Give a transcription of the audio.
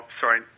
sorry